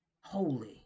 Holy